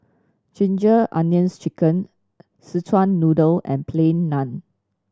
Ginger Onions Chicken Szechuan Noodle and Plain Naan